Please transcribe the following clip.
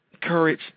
courage